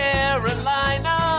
Carolina